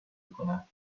کنم